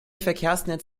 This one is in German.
verkehrsnetz